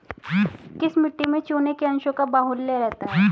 किस मिट्टी में चूने के अंशों का बाहुल्य रहता है?